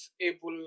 able